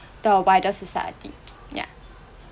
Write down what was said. the wider society ya